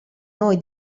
noi